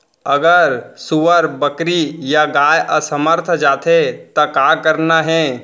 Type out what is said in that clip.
अगर सुअर, बकरी या गाय असमर्थ जाथे ता का करना हे?